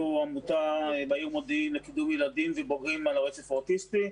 אנחנו עמותה בעיר מודיעין לקידום ילדים ובוגרים על הרצף האוטיסטי.